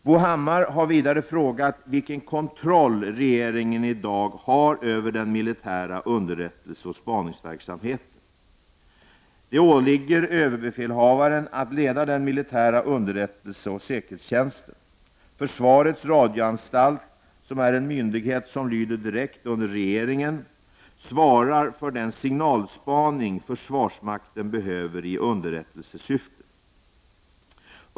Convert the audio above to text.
Bo Hammar har vidare frågat vilken kontroll regeringen i dag har över den militära underrättelse och spaningsverksamheten. Det åligger överbefälhavaren att leda den militära underrättelse och säkerhetstjänsten. Försvarets radioanstalt, som är en myndighet som lyder direkt under regeringen, svarar för den signalspaning försvarsmakten behöver i underrättelsesyfte.